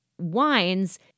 Wines